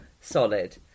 solid